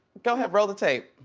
go head, roll the tape.